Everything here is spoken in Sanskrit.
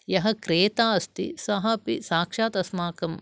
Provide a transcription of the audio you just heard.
यः क्रेता अस्ति सः अपि साक्षात् अस्माकं